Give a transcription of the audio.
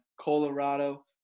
Colorado